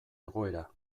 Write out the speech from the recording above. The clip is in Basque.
egoera